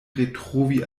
retrovi